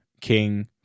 king